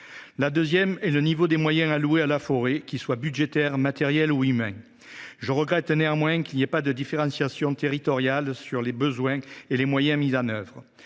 me félicite du niveau des moyens alloués à la forêt, qu’ils soient budgétaires, matériels ou humains. Je regrette néanmoins qu’il n’y ait pas de différenciation territoriale quant aux besoins et aux moyens mis en œuvre.